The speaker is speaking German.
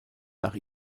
nach